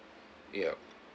yup